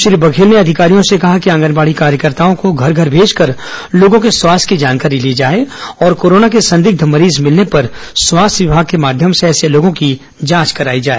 श्री बघेल ने अधिकारियों से कहा कि आंगनबाड़ी कार्यकर्ताओं को घर घर भेजकर लोगों के स्वास्थ्य की जानकारी ली जाए और कोरोना के संदिग्ध मरीज मिलने पर स्वास्थ्य विभाग के माध्यम से ऐसे लोगों की जांच कराई जाए